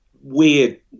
weird